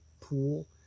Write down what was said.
pool